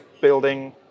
building